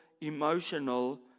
emotional